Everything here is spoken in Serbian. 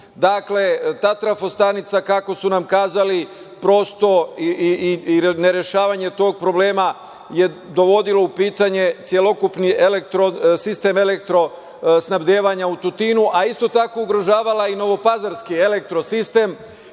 godina. Ta trafo stanica, kako su nam kazali, prosto, i nerešavanje tog problema je dovodilo u pitanje celokupni sistem elektro snabdevanja u Tutinu, a isto tako, ugrožavala je i novopazarski elektro